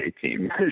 team